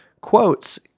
quotes